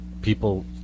people